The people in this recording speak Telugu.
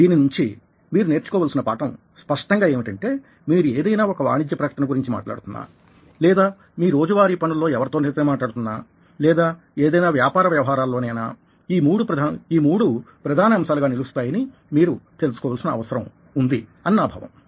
దీని నుంచి మీరు నేర్చుకోవలసిన పాఠం స్పష్టంగా ఏమిటంటే మీరు ఏదైనా ఒక వాణిజ్య ప్రకటన గురించి మాట్లాడుతున్నా లేదా మీ రోజువారీ పనుల్లో ఎవరితోనైనా మాట్లాడుతున్నా లేదా ఏదైనా వ్యాపార వ్యవహారాలలోనైనా ఈ మూడు ప్రధాన అంశాలుగా నిలుస్తాయని మీరు తెలుసుకోవలసిన అవసరం ఉంది అని నా భావం